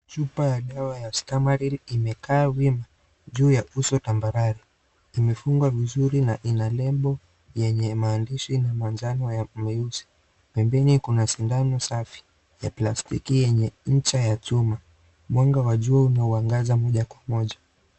Chupa ya dawa ya Stamarili imekaa wima juu ya uso tambarare imefungwa vizuri na ina lebo yenye maandishi na manjano na meusi pembeni kuna sindano safi ya plasiki yenye ncha ya chuma mwanga wa juu unaoangaza moja kwa moja.